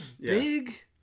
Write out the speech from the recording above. Big